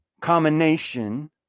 combination